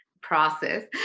process